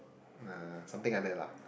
uh something like that lah